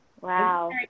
Wow